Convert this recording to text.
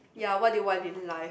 ya what do you want in life